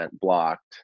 blocked